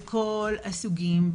בכל הסוגים,